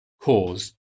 cause